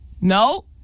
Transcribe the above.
No